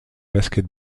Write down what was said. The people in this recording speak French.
basket